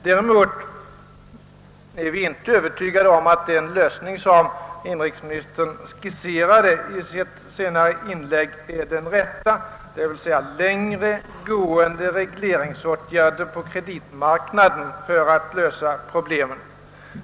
Däremot är vi inte övertygade om att den lösning som inrikesministern skisserade i sitt senare inlägg — längre gående regleringsåtgärder på kreditmarknaden är den rätta.